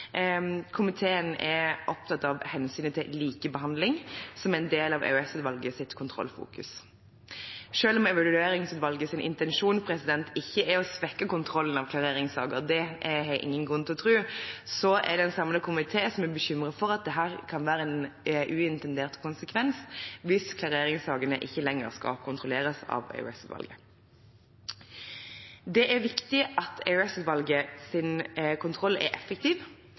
Komiteen er opptatt av hensynet til likebehandling som en del av EOS-utvalgets kontrollfokus. Selv om Evalueringsutvalgets intensjon ikke er å svekke kontrollen av klareringssaker – det har jeg ingen grunn til å tro – er det en samlet komité som er bekymret for at dette kan være en uintendert konsekvens hvis klareringssakene ikke lenger skal kontrolleres av EOS-utvalget. Det er viktig at EOS-utvalgets kontroll er effektiv.